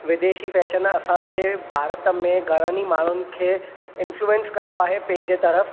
विदेशी फैशन असांजे भारत में घणनि ई माण्हुनि खे इनफ्लुएंस कयो आहे पंहिंजे तर्फ़ु